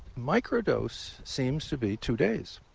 micro-dose seems to be two days.